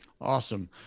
Awesome